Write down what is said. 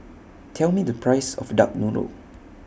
Tell Me The Price of Duck Noodle